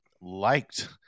liked